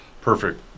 perfect